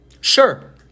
Sure